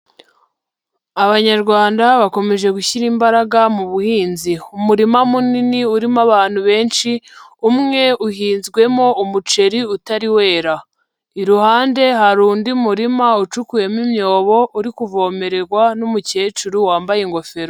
Abanyarwanda bakomeje gushyira imbaraga mu buhinzi. Umurima munini urimo abantu benshi, umwe uhinzwemo umuceri utari wera. Iruhande hari undi murima ucukuyemo imyobo, uri kuvomererwa n'umukecuru wambaye ingofero.